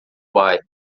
bairro